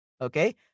Okay